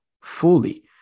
fully